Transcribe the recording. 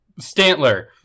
Stantler